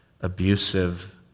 abusive